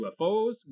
UFOs